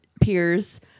peers